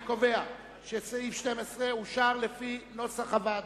אני קובע שהסעיף אושר לפי נוסח הוועדה.